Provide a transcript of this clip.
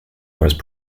most